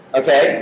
okay